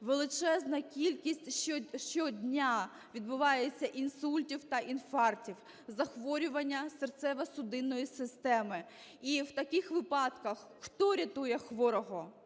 Величезна кількість щодня відбувається інсультів та інфарктів, захворювання серцево-судинної системи. І в таких випадках хто рятує хворого?